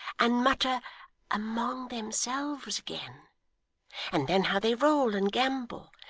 and mutter among themselves again and then how they roll and gambol,